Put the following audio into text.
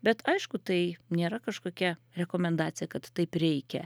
bet aišku tai nėra kažkokia rekomendacija kad taip reikia